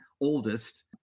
oldest